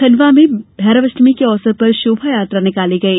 खण्डवा में भैरव अष्टमी के अवसर पर शोभायात्रा निकाली गई